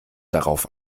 drauf